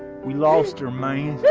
we lost her man.